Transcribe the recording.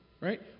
Right